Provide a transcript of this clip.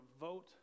vote